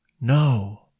No